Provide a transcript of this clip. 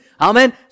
Amen